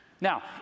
Now